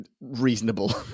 Reasonable